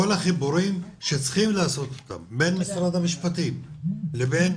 כל החיבורים שצריך לעשות בין משרד המשפטים לבין